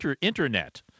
internet